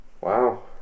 Wow